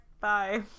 Bye